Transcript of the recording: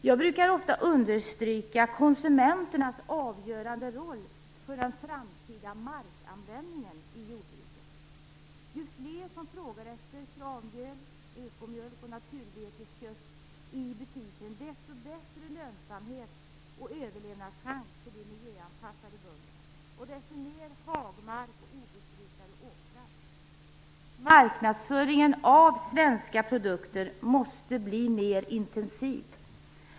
Jag brukar ofta understryka konsumenternas avgörande roll för den framtida markanvändningen i jordbruket. Ju fler som frågar efter kravmjöl, ekomjölk och naturbeteskött i butiken, desto bättre lönsamhet och överlevnadschans för de miljöanpassade jordbruken och desto mer hagmark och obesprutade åkrar får vi. Marknadsföringen av svenska produkter måste bli mer intensiv.